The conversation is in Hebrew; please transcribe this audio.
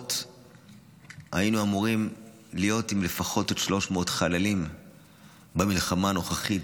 בהערכות היינו אמורים להיות עם לפחות עוד 300 חללים במלחמה הנוכחית,